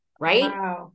Right